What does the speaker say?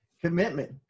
Commitment